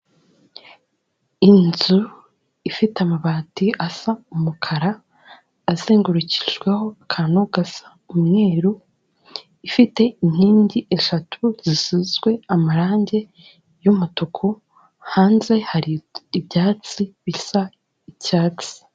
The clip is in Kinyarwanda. Inzu ifite amabati asa umukara, azengurukijweho akantu gasa umweru, ifite inkingi eshatu zisizwe amarangi y'umutuku, hanze hari ibyatsi bisa icyatsi.